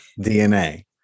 DNA